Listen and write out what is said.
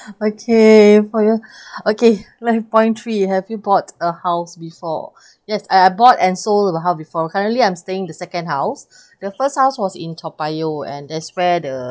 okay for your okay my point three you have you bought a house before yes I I bought and sold a house before currently I'm staying the second house the first house was in toa payoh and there's where the